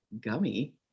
gummy